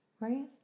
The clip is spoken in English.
right